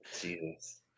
Jesus